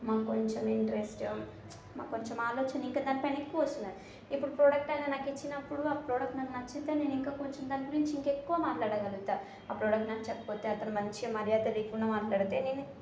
మాకు కొంచెం ఇంట్రెస్ట్ మాకు కొంచెం ఆలోచన ఇంకా దానిపైన ఎక్కువ వస్తున్నాయి ఇప్పుడు ప్రోడక్ట్ అనేది నాకు ఇచ్చినప్పుడు ఆ ప్రోడక్ట్ నాకు నచ్చితే నేను ఇంకా ఆ ప్రోడక్ట్ గురించి ఇంకా కొంచెం ఎక్కువ మాట్లాడగలుగుతాను ఆ ప్రోడక్ట్ నచ్చకపోతే అతను మంచిగా మర్యాద లేకుండా మాట్లాడితే నేను